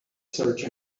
search